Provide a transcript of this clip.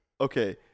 Okay